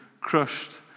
crushed